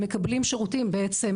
מקבלים שירותים בעצם,